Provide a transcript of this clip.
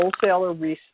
wholesaler